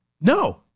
No